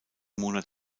monat